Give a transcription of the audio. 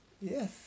yes